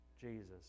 Jesus